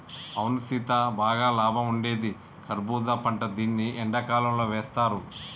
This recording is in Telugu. అవును సీత బాగా లాభం ఉండేది కర్బూజా పంట దీన్ని ఎండకాలంతో వేస్తారు